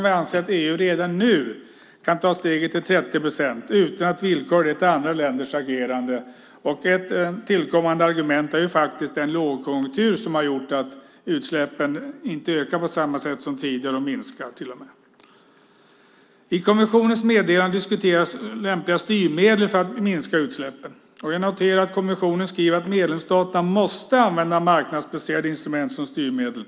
Vi anser att EU kan ta steget till 30 procent redan nu utan att villkora till andra länders agerande. Ett tillkommande argument är faktiskt den lågkonjunktur som har gjort att utsläppen inte ökar på samma sätt som tidigare. De minskar till och med. I kommissionens meddelande diskuteras lämpliga styrmedel för att minska utsläppen. Jag noterar att kommissionen skriver att medlemsstaterna måste använda marknadsbaserade instrument som styrmedel.